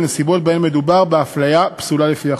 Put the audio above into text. בנסיבות שבהן מדובר בהפליה פסולה לפי החוק.